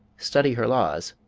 study her laws,